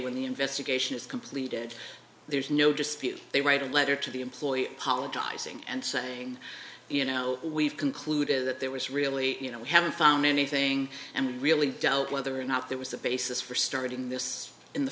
when the investigation is completed there's no dispute they write a letter to the employee apologizing and saying you know we've concluded that there was really you know we haven't found anything and we really doubt whether or not there was a basis for starting this in the